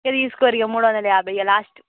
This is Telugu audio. ఇక తీసుకోండి ఇక మూడు వందల యాభై ఇక లాస్ట్